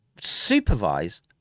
supervise